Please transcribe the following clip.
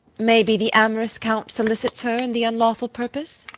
may be the amorous count solicits her in the unlawful purpose.